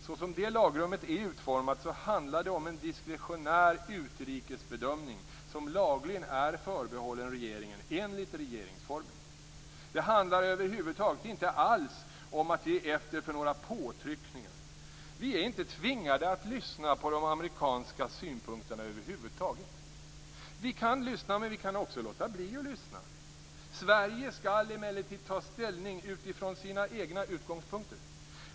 Såsom det lagrummet är utformat handlar det om en diskretionär utrikesbedömning som lagligen är förbehållen regeringen enligt regeringsformen. Det handlar över huvud taget inte alls om att ge efter för några påtryckningar. Vi är inte tvingade att lyssna på de amerikanska synpunkterna. Vi kan lyssna, men vi kan också låta bli att lyssna. Sverige skall emellertid ta ställning utifrån sin egna utgångspunkter.